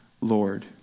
Lord